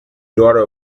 daughter